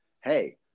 hey